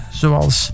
zoals